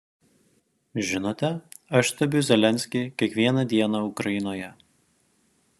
žinote aš stebiu zelenskį kiekvieną dieną ukrainoje